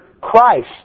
Christ